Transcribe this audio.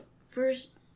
first